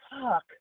Fuck